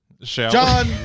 John